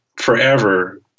forever